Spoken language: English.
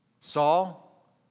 Saul